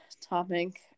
topic